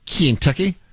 Kentucky